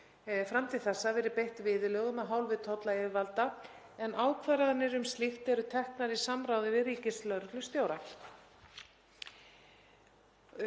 fram til þessa verið beitt viðurlögum af hálfu tollayfirvalda en ákvarðanir um slíkt eru teknar í samráði við ríkislögreglustjóra.